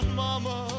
mama